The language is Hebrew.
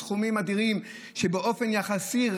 סכומים אדירים שבאופן יחסי,